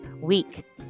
week